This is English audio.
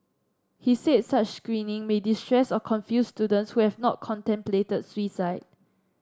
he said such screening may distress or confuse students who have not contemplated suicide